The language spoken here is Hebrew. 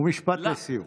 ומשפט לסיום.